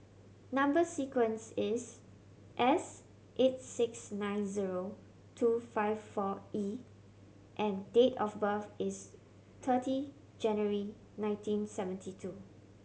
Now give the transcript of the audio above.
number sequence is S eight six nine zero two five four E and date of birth is thirty January nineteen seventy two